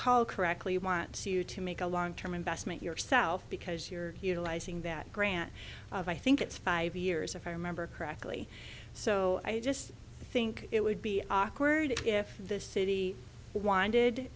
call correctly wants you to make a long term investment yourself because you're utilizing that grant i think it's five years if i remember correctly so i just think it would be awkward if the city wanted